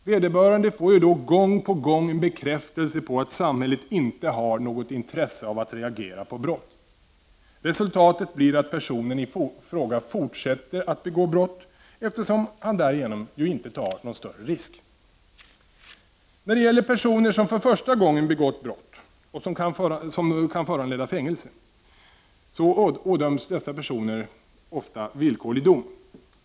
Vederbörande får ju då gång på gång en bekräftelse på att samhället inte har något intresse av att reagera på brott. Resultatet blir att personen i fråga fortsätter att begå brott, eftersom han därigenom inte tar någon större risk. Personer som för första gången begått brott som kan föranleda fängelsestraff ådöms ofta villkorlig dom.